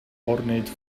ornate